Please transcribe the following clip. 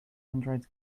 androids